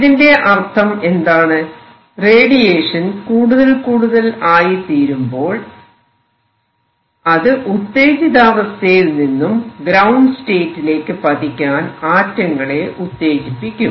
ഇതിന്റെ അർത്ഥം എന്താണ് റേഡിയേഷൻ കൂടുതൽ കൂടുതൽ ആയിത്തീർന്നാൽ അത് ഉത്തേജിതാവസ്ഥയിൽ നിന്നും ഗ്രൌണ്ട് സ്റ്റേറ്റിലേക്ക് പതിക്കാൻ ആറ്റങ്ങളെ ഉത്തേജിപ്പിക്കും